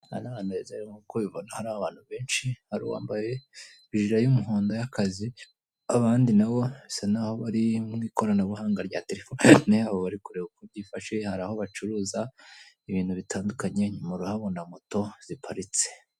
Aha ni ahantu heza rero nk'uko ubibona hari abantu benshi, hari uwambaye ijire y'umuhondo y'akazi, abandi nabo bisa naho bari mu ikoranabuhanga rya telefonine, hari abari kureba uko byifashe, hari aho bacuruza ibintu bitandukanye, inyuma urahabona moto ziparitse.